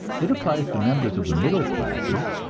it applies to members of the middle classes,